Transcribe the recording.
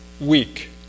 weak